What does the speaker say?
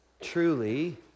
truly